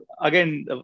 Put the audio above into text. again